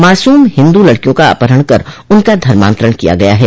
मासूम हिन्दू लड़कियों का अपहरण कर उनका धर्मान्तरण किया गया है